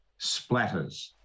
splatters